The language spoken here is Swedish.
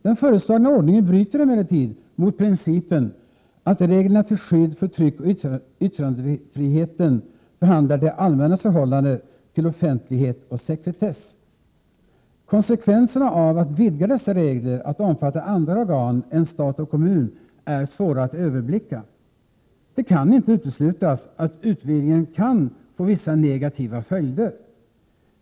Den föreslagna ordningen bryter emellertid mot principen att reglerna till skydd för tryckoch yttrandefriheten behandlar det allmännas förhållande till offentlighet och sekretess. Konsekvenserna av att vidga dessa regler att omfatta andra organ än stat och kommun är svåra att överblicka. Det kan inte uteslutas att utvidgningen kan få vissa negativa följder.